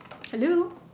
hello